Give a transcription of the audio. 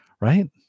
right